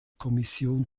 kommission